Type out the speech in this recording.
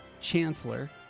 Chancellor